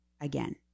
again